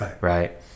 Right